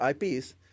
IPs